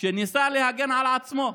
שניסה להגן על עצמו.